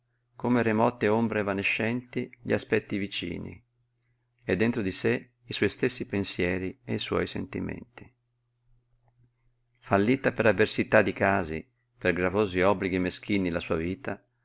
come remote ombre evanescenti gli aspetti vicini e dentro di sé i suoi stessi pensieri e i suoi sentimenti fallita per avversità di casi per gravosi obblighi meschini la sua vita